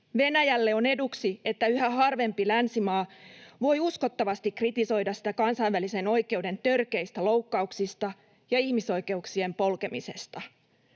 Venäjälle on eduksi, että yhä harvempi länsimaa voi uskottavasti kritisoida sitä kansainvälisen oikeuden törkeistä loukkauksista ja ihmisoikeuksien polkemisesta.